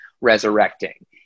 resurrecting